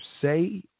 say